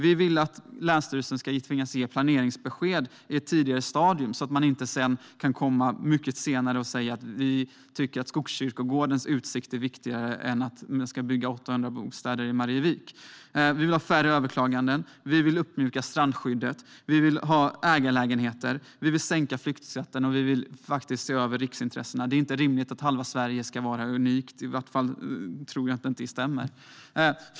Vi vill att länsstyrelsen ska tvingas ge planeringsbesked i ett tidigare stadium så att man inte kan komma i ett mycket senare skede och säga: Vi tycker att Skogskyrkogårdens utsikt är viktigare än 800 bostäder i Marievik. Vi vill ha färre överklaganden, vi vill mjuka upp strandskyddet, vi vill ha ägarlägenheter, vi vill sänka flyttskatten och vi vill faktiskt se över riksintressena, för det är inte rimligt att halva Sverige ska vara unikt. Jag tror inte att det stämmer.